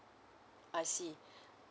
I see